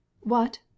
What